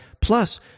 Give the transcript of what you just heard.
plus